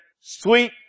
sweet